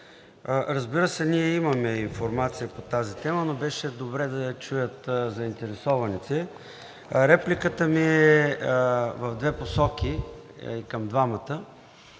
Разбира се, ние имаме информация по тази тема, но беше добре да я чуят заинтересованите. Репликата ми е в две посоки и към двамата